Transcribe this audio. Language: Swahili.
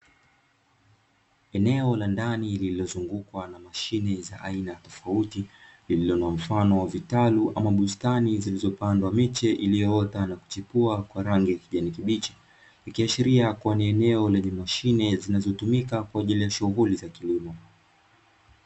Eneo la ndani lililozungwa na mashine za aina tofauti, zilizo na mfano wa vitalu ama bustani zilizopandwa miche iliyoota na kuchipua kwa rangi ya kijani kibichi, ikiashiria kuwa ni eneo lenye mashine zinazotumika kwa ajili ya shughuli za kilimo.